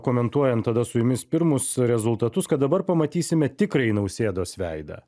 komentuojant tada su jumis pirmus rezultatus kad dabar pamatysime tikrąjį nausėdos veidą